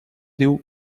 diu